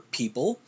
people